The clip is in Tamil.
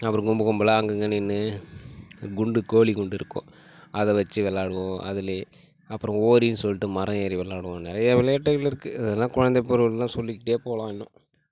அப்புறம் கும்ப கும்பலாக அங்கங்கே நின்று குண்டு கோலி குண்டுருக்கும் அதை வச்சு விளாடுவோம் அதுல அப்புறம் ஓரினு சொல்லிட்டு மரம் ஏறி விளாடுவோம் நிறைய விளையாட்டுகள் இருக்கு இதெலாம் குழந்தை பருவங்கள்னா சொல்லிக்கிட்டே போகலாம் இன்னும்